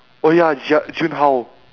oh ya j~ jun-hao